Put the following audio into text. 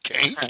okay